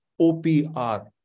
OPR